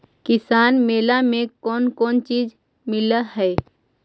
किसान मेला मे कोन कोन चिज मिलै है?